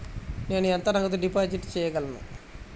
నేను ఎంత నగదు డిపాజిట్ చేయగలను?